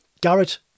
Garrett